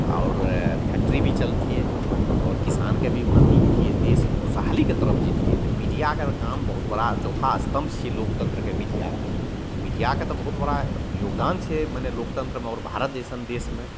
आओर फैकटरी भी चलतिए आओर किसानके भी उन्नति होइतिए देश खुशहालीके तरफ जएतिए तऽ मीडिआके तऽ काम बहुत बड़ा चौथा अस्तम्भ छिए लोकतन्त्रके मीडिआ मीडिआके तऽ बहुत बड़ा योगदान छै मने लोकतन्त्रमे आओर भारत जइसन देशमे